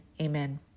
amen